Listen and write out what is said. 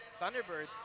Thunderbirds